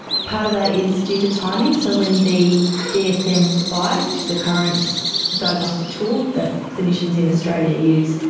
part of that is due to timing. so when the dsm five, which is the current diagnostic tool that clinicians in australia use,